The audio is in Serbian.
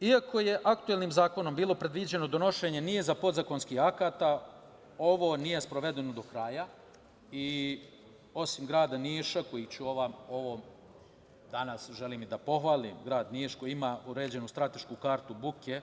Iako je aktuelnim zakonom bilo predviđeno donošenje niza podzakonskih akata, ovo nije sprovedeno do kraja i osim grada Niša, koji danas želim i da pohvalim, koji ima uređenu stratešku kartu buke